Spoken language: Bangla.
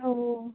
ও